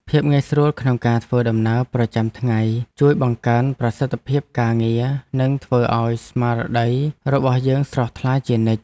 ភាពងាយស្រួលក្នុងការធ្វើដំណើរប្រចាំថ្ងៃជួយបង្កើនប្រសិទ្ធភាពការងារនិងធ្វើឱ្យស្មារតីរបស់យើងស្រស់ថ្លាជានិច្ច។